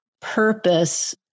purpose